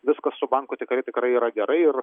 viskas su banku tikrai tikrai yra gerai ir